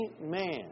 man